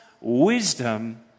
wisdom